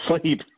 Sleep